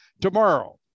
Tomorrow